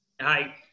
Hi